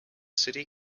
city